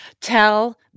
Tell